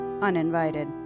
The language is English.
uninvited